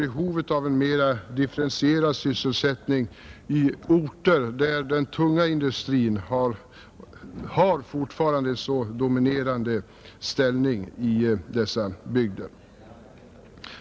Behovet av en mera differentierad sysselsättning har klart framstått då den tunga industrin fortfarande har en dominerande ställning i dessa bygder.